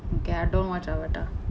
okay I don't watch avatar